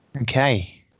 Okay